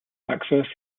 access